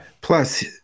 Plus